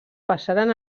passaren